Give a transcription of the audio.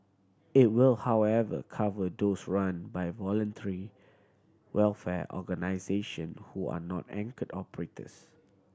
it will however cover those run by voluntary welfare organisation who are not anchored operators